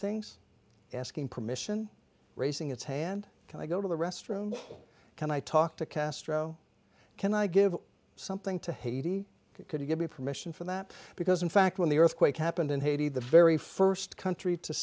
things asking permission raising its hand i go to the restroom can i talk to castro can i give something to haiti could you give me permission for that because in fact when the earthquake happened in haiti the very first country to